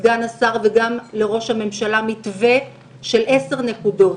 סגן השר, וגם לראש הממשלה מתווה של עשר נקודות.